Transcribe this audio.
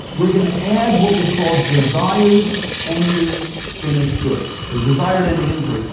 we're going to add what we call desired ending finished goods or desired ending inventory.